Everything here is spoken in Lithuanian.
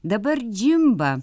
dabar džimba